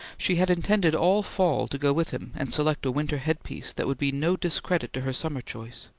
she had intended all fall to go with him and select a winter headpiece that would be no discredit to her summer choice,